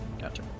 Gotcha